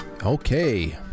Okay